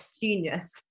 Genius